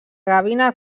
gavina